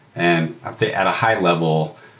and i'd say at a high-level,